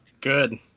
Good